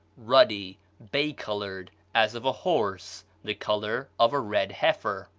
ruddy, bay-colored, as of a horse, the color of a red heifer.